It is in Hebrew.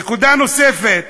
נקודה נוספת